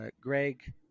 Greg